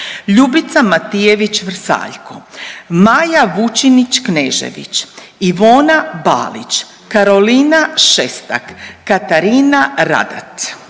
Ljubica Matijević Vrsaljko, Maja Vučinić Knežević, Ivona Balić, Karolina Šestak, Katarina Ragat.